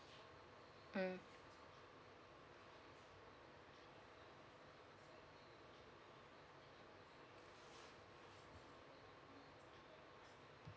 mm uh